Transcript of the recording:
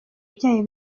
byayo